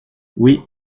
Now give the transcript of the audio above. oui